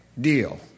deal